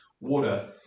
water